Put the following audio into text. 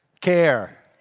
care.